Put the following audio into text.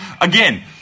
Again